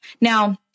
Now